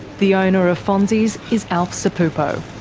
the owner of fonzie's is alf sapuppo.